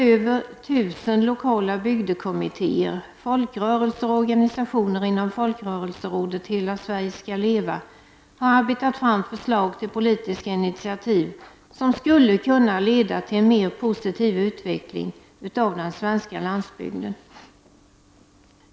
Över tusen lokala bygdekommittéer, folkrörelser och organisationer inom Folkrörelserådet ”Hela Sverige skall leva” har arbetat fram förslag till politiska initiativ som skulle kunna leda till en mer positiv utveckling av den svenska landsbygden.